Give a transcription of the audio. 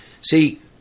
See